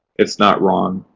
it's not wrong.